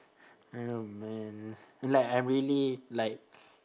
oh man like I'm really like